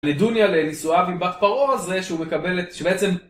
נדוניה לנישואיו עם בת פרעה, זה שהוא מקבל... שבעצם...